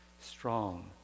strong